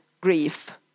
grief